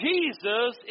Jesus